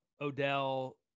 Odell